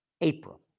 April